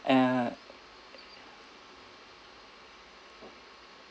uh